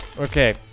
Okay